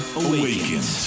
awakens